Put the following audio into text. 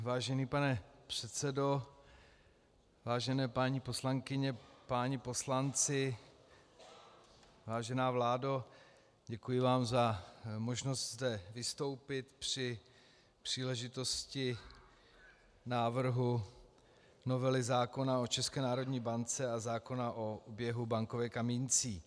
Vážený pane předsedo, vážené paní poslankyně, páni poslanci, vážená vládo, děkuji vám za možnost zde vystoupit při příležitosti návrhu novely zákona o České národní bance a zákona o oběhu bankovek a mincí.